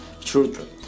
children